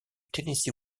tennessee